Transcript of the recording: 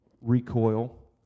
recoil